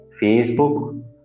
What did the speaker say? Facebook